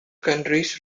countries